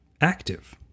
active